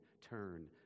turn